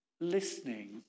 listening